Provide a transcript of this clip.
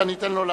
שאני אתן לו,